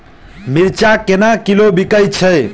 मिर्चा केना किलो बिकइ छैय?